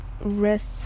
rest